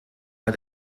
bei